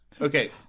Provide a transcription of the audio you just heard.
Okay